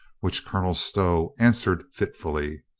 which colonel stow answered fitfully.